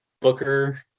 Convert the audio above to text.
Booker